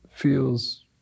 feels